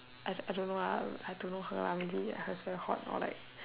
I I don't know ah I don't know her maybe her friend hot or like